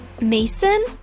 Mason